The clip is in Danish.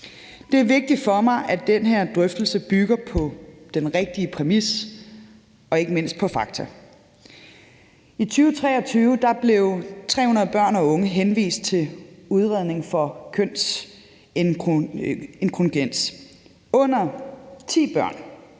Det er vigtigt for mig, at den her drøftelse bygger på den rigtige præmis og ikke mindst på fakta. I 2023 blev 300 børn og unge henvist til udredning for kønsinkongruens. Under ti børn